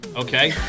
okay